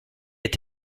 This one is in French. est